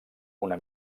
una